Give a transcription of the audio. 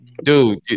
Dude